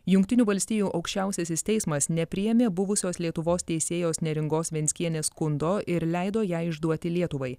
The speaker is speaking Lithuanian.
jungtinių valstijų aukščiausiasis teismas nepriėmė buvusios lietuvos teisėjos neringos venckienės skundo ir leido ją išduoti lietuvai